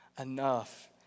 enough